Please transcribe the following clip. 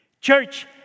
Church